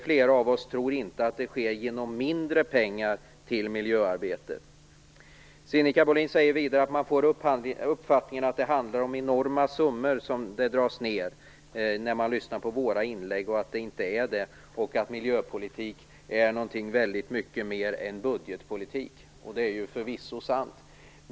Flera av oss tror inte att det sker genom mindre pengar till miljöarbetet. Sinikka Bohlin säger vidare att man får uppfattningen att nedskärningarna handlar om enorma summor när man lyssnar på våra inlägg och att det inte är så, att miljöpolitik är någonting mycket mer än budgetpolitik. Det är förvisso sant.